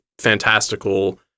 fantastical